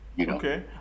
okay